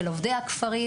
של עובדי הכפרים.